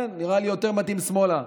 כן, נראה לי יותר מתאים שמאלה.